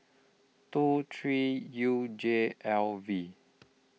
two three U J L V